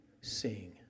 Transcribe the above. sing